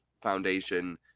foundation